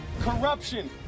Corruption